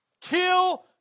Kill